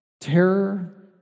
terror